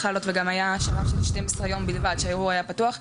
להעלות וגם היה שלב של 12 יום בלבד שהיה פתוח,